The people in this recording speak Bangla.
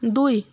দুই